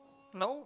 no